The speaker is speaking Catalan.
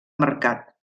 mercat